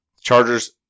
Chargers